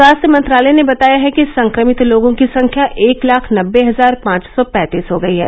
स्वास्थ मंत्रालय ने बताया है कि संक्रमित लोगों की संख्या एक लाख नब्बे हजार पांच सौ पैंतीस हो गई है